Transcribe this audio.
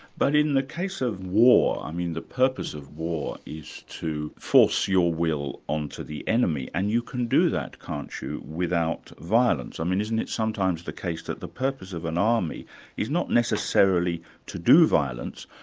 but in the case of war, i mean the purpose of war is to force your will onto the enemy, and you can do that, can't you, without violence. i mean isn't it sometimes the case that the purpose of an army is not necessarily to do violence,